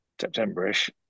September-ish